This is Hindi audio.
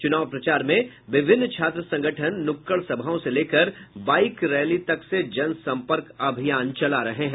चुनाव प्रचार में विभिन्न छात्र संगठन नुक्कड़ सभाओं से लेकर बाईक रैली तक से जन संपर्क अभियान चला रहे हैं